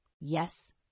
Yes